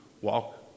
Walk